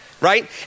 Right